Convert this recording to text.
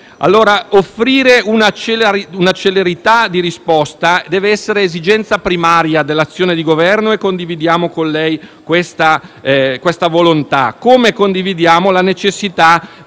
Offrire celerità di risposta deve essere esigenza primaria dell'azione di Governo e condividiamo con lei questa volontà, così come condividiamo la necessità